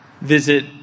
visit